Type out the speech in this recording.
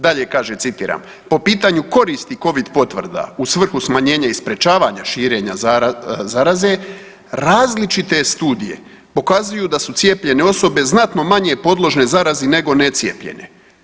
Dalje kaže, citiram: „Po pitanju koristi covid potvrda u svrhu smanjenja i sprječavanja širenja zaraze različite studije pokazuju da su cijepljene osobe znatno manje podložne zarazi nego necijepljene.